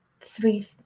three